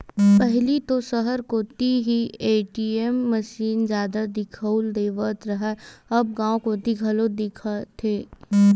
पहिली तो सहर कोती ही ए.टी.एम मसीन जादा दिखउल देवत रहय अब गांव कोती घलोक दिखथे